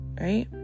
right